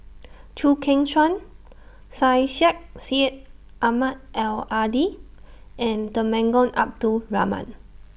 Chew Kheng Chuan Syed Sheikh Syed Ahmad Al Hadi and Temenggong Abdul Rahman